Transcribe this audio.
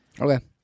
Okay